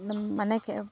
মানে